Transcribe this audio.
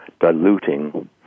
diluting